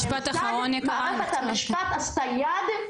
מערכת המשפט עשתה יד אחת,